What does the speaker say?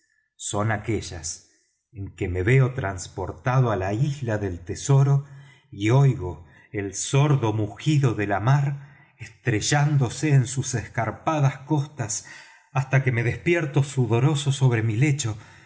son aquellas en que me veo trasportado á la isla del tesoro y oigo el sordo mugido de la mar estrellándose en sus escarpadas costas hasta que me despierto sudoroso sobre mi lecho